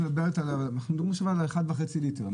את מדברת על --- או על 1.5 ליטר?